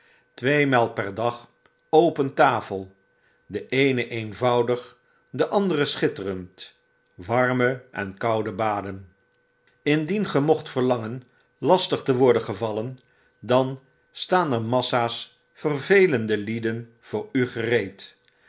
tweemaal per dag open tafel de eene eenvoudig de andere schitterend warme en koude baden indien ge mocht verlangen lastig te worden gevallen danstaaner massa's vervelende lieden voorugereed